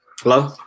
Hello